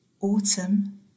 autumn